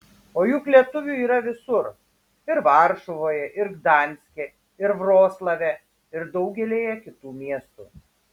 o juk lietuvių yra visur ir varšuvoje ir gdanske ir vroclave ir daugelyje kitų miestų